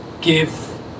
give